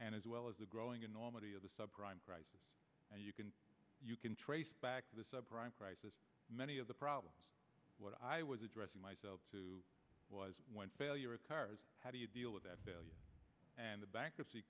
and as well as the growing enormity of the subprime crisis and you can you can trace back to the subprime crisis many of the problems what i was addressing myself to was when failure occurs how do you deal with that failure and the bankruptcy